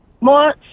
more